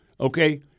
okay